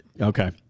Okay